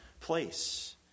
place